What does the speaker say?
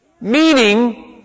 Meaning